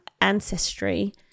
ancestry